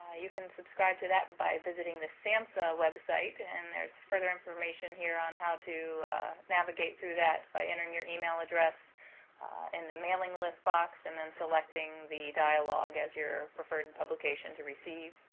you can subscribe to that by visiting the samhsa website and there is further information here on how to navigate through that by entering your email address in the mailing list box and then selecting the dialogue as your preferred publication to receive.